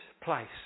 place